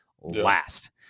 last